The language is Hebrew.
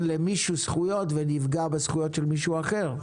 למישהו זכויות ונפגע בזכויות של מישהו אחר,